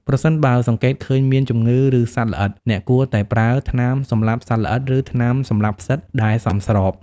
ប្រសិនបើសង្កេតឃើញមានជំងឺ ឬសត្វល្អិត អ្នកគួរតែប្រើថ្នាំសម្លាប់សត្វល្អិត ឬថ្នាំសម្លាប់ផ្សិតដែលសមស្រប។